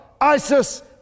ISIS